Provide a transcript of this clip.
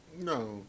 No